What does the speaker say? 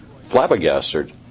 flabbergasted